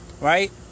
Right